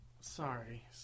Sorry